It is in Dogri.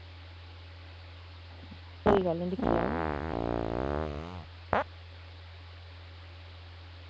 कोई गल्ल निं दिक्खी लैओ